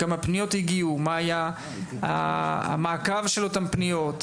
כמה פניות הגיעו, מה היה המעקב של אותן פניות.